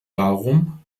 darum